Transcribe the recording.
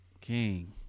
King